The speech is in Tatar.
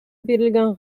бирелгән